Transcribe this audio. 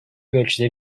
ölçüde